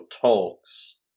talks